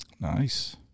Nice